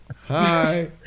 Hi